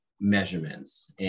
measurements